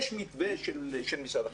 יש מתווה של משרד החינוך,